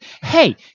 Hey